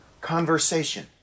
conversation